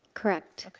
correct.